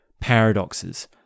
paradoxes